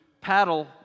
paddle